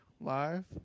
live